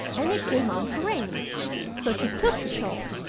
and it came on to rain so she took the shawl.